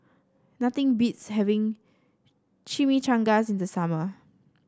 nothing beats having Chimichangas in the summer